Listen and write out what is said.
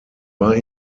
war